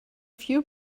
few